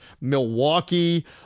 Milwaukee